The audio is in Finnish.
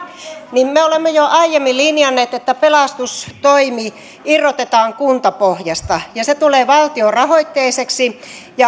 me olemme jo aiemmin linjanneet että pelastustoimi irrotetaan kuntapohjasta ja se tulee valtiorahoitteiseksi